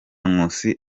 nkusi